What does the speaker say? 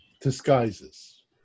disguises